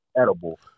edible